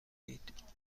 اید